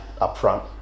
upfront